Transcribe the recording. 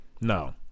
No